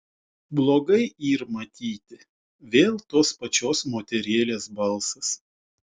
blogai yr matyti vėl tos pačios moterėlės balsas